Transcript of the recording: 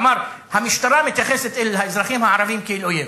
אמר: המשטרה מתייחסת אל האזרחים הערבים כאל אויב.